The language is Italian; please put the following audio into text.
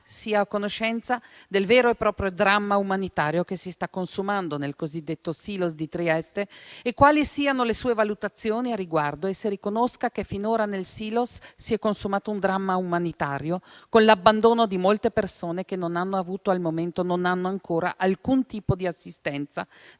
sia a conoscenza del vero e proprio dramma umanitario che si sta consumando nel cosiddetto Silos di Trieste, quali siano le sue valutazioni al riguardo e se riconosca che finora nel Silos di Trieste si è consumato un dramma umanitario, con l'abbandono di molte persone che non hanno avuto - e al momento non hanno ancora - alcun tipo di assistenza